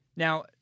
Now